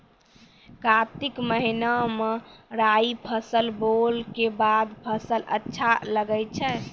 कार्तिक महीना मे राई फसल बोलऽ के बाद फसल अच्छा लगे छै